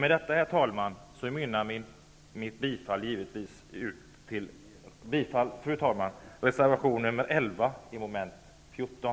Med detta, fru talman, mynnar mitt yrkande ut i bifall till reservation nr 11, som gäller mom. 14.